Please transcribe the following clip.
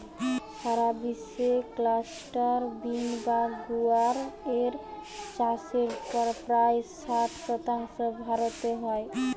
সারা বিশ্বে cluster bean বা গুয়ার এর চাষের প্রায় ষাট শতাংশ ভারতে হয়